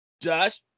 Josh